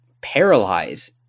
paralyze